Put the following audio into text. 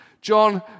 John